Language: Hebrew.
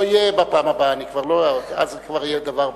זה לא יהיה בפעם הבאה, אז זה כבר יהיה דבר ברור.